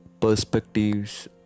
Perspectives